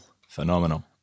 Phenomenal